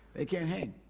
they can't hang.